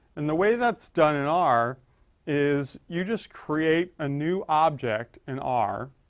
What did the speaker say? and the way that's done in r is you just create a new object in r.